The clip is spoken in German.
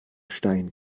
stein